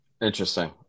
Interesting